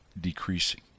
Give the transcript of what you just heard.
decreasing